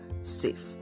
safe